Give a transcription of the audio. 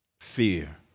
fear